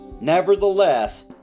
Nevertheless